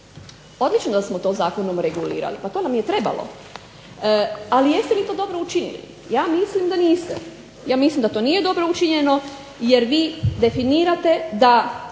Odlično smo to zakonom regulirali, pa to nam je trebalo. Ali, jeste li to dobro učinili? Ja mislim da niste. Ja mislim da to nije dobro učinjeno jer vi definirate da